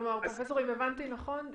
אם הבנתי נכון,